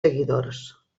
seguidors